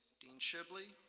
dean shibley,